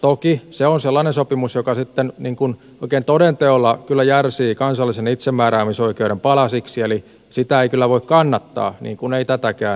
toki se on sellainen sopimus joka sitten oikein toden teolla kyllä järsii kansallisen itsemääräämisoikeuden palasiksi eli sitä ei kyllä voi kannattaa niin kuin ei tätäkään järjestelyä